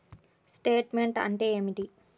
Statement అంటే ఏమిటి?